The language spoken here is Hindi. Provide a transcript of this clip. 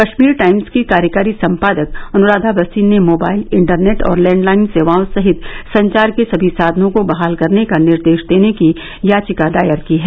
कश्मीर टाइम्स की कार्यकारी संपादक अनुराधा भसीन ने मोबाइल इंटरनेट और लैंडलाइन सेवाओं सहित संचार के सभी साधनों को बहाल करने का निर्देश देने की याचिका दायर की है